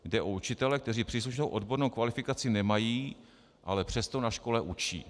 Jde o učitele, kteří příslušnou odbornou kvalifikaci nemají, ale přesto na škole učí.